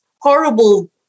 horrible